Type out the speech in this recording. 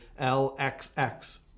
LXX